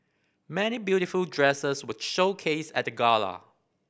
many beautiful dresses were showcased at the gala